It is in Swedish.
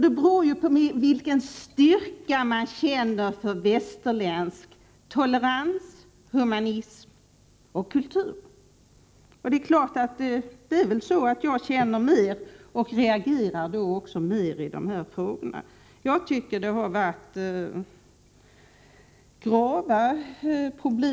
Det beror på hur starkt man känner för västerländsk tolerans, humanism och kultur. Det är väl så att jag känner mer och därför reagerar kraftigare i dessa frågor. Jag tycker att det förekommit grava problem.